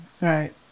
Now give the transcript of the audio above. right